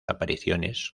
apariciones